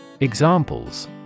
Examples